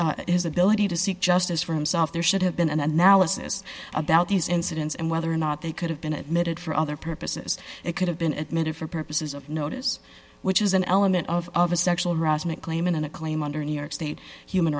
his his ability to seek justice for himself there should have been an analysis about these incidents and whether or not they could have been admitted for other purposes it could have been admitted for purposes of notice which is an element of of a sexual harassment claim and a claim under new york state human